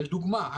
לדוגמה,